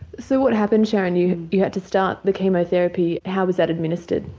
so what happened sharon, you you had to start the chemotherapy, how was that administered?